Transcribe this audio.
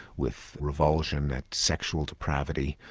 with revulsion at sexual depravity,